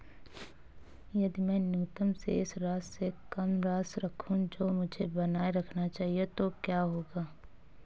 यदि मैं न्यूनतम शेष राशि से कम राशि रखूं जो मुझे बनाए रखना चाहिए तो क्या होगा?